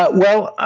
but well,